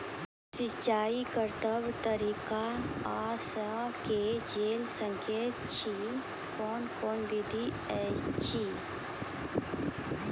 सिंचाई कतवा तरीका सअ के जेल सकैत छी, कून कून विधि ऐछि?